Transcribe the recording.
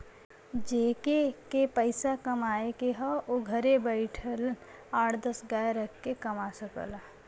जेके के पइसा कमाए के हौ उ घरे बइठल आठ दस गाय रख के कमा सकला